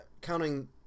counting